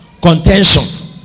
Contention